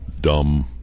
dumb